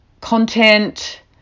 content